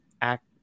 act